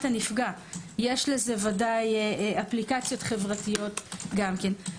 הנפגע יש לזה ודאי השלכות חברתיות גם כן.